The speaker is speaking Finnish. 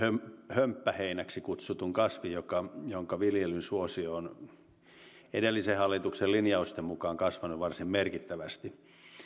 hömppäheinäksi kutsutun kasvin jonka jonka viljelyn suosio on edellisen hallituksen linjausten mukaan kasvanut varsin merkittävästi